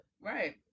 right